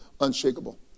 unshakable